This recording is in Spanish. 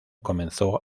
comenzó